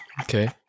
Okay